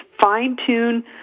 fine-tune